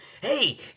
Hey